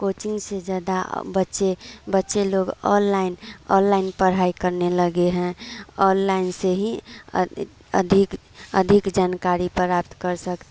coaching से ज्यादा बच्चे बच्चे लोग अललाइन अललाइन पढ़ाई करने लगे हैं अललाइन से ही अदि अधिक अधिक जानकारी प्राप्त कर सक